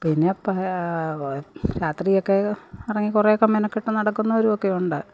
പിന്നെ രാത്രിയൊക്കെ ഇറങ്ങി കുറേയൊക്കെ മിനക്കെട്ട് നടക്കുന്നവരുമുണ്ട്